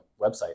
website